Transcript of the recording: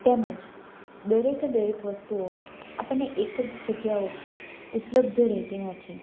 તેમજ દરેકે દરેક વસ્તુઓ આપણને એક જ જગ્યા ઉપર ઉપલબ્ધ રહેતી નથી